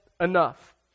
enough